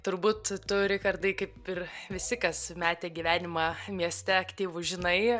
turbūt tu richardai kaip ir visi kas metė gyvenimą mieste aktyvų žinai